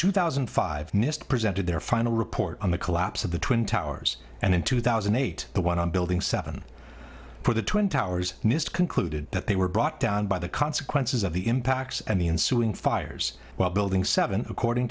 two thousand and five nist presented their final report on the collapse of the twin towers and in two thousand and eight the one on building seven for the twin towers nist concluded that they were brought down by the consequences of the impacts and the ensuing fires while building seven according